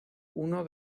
uno